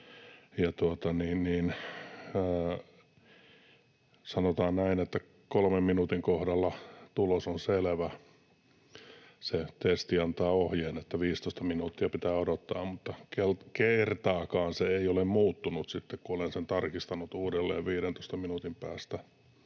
sanotaan näin, että 3 minuutin kohdalla tulos on selvä. Se testi antaa ohjeen, että 15 minuuttia pitää odottaa, mutta kertaakaan se ei ole muuttunut, kun sitten olen sen tarkistanut uudelleen 15 minuutin päästä.